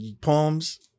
poems